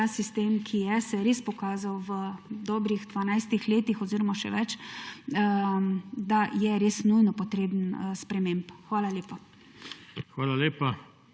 sistem se je res pokazal v dobrih 12 letih oziroma še več, da je res nujno potreben sprememb. Hvala lepa.